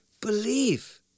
believe